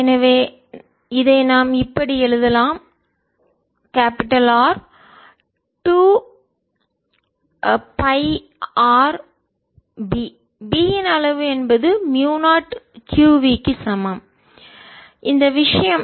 எனவே இதை நாம் இப்படி எழுதலாம் R 2 pi R B B இன் அளவு என்பது மியூ0 q v க்கு சமம் இந்த விஷயம்